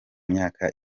myaka